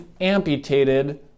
amputated